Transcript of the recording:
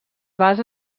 basa